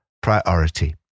priority